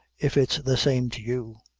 if it's the same to you.